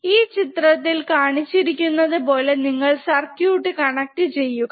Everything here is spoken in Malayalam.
ഈ ചിത്രത്തിൽ കാണിച്ചിരിക്കുന്നതുപോലെ നിങ്ങൾ സർക്യൂട്ട് കണക്ട് ചെയ്യുക